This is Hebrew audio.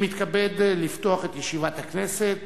אני מתכבד לפתוח את ישיבת הכנסת.